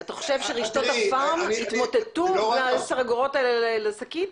אתה חושב שרשתות הפארם יתמוטטו מה-10 אגורות האלה לשקית?